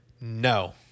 No